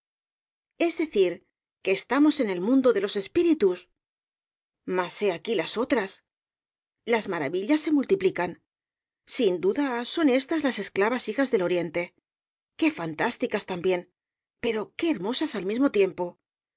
es decir que estamos en el mundo de los espíritus mas he aquí las otras las maravillas se multiplican sin duda son éstas las esclavas hijas del oriente qué fantásticas también pero qué hermosas al mismo tiempo